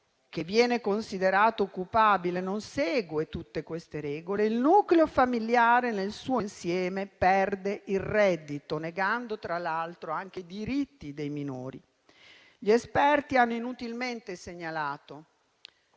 che viene considerato occupabile non segue tutte queste regole, il nucleo familiare nel suo insieme perde il reddito, negando tra l'altro anche i diritti dei minori. Gli esperti hanno inutilmente segnalato